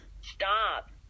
Stop